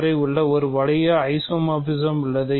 வரை ஒரு வளைய ஐசோமார்பிசம் உள்ளது